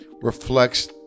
reflects